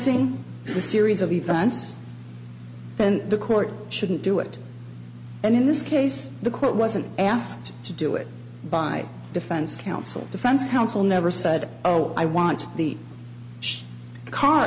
then the court shouldn't do it and in this case the court wasn't asked to do it by defense counsel defense counsel never said oh i want the car